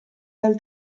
dal